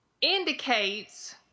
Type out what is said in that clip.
indicates